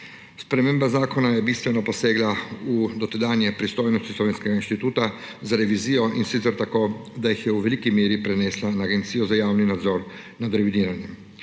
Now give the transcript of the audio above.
Sprememba zakona je bistveno posegla v dotedanje pristojnosti Slovenskega inštituta za revizijo, in sicer tako, da jih je v veliki meri prenesla na Agencijo za javni nadzor nad revidiranjem.